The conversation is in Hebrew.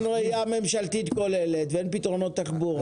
ראייה ממשלתית כוללת ואין פתרונות תחבורה,